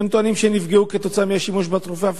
הם טוענים שהם נפגעו מהשימוש בתרופה.